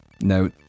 no